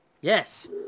yes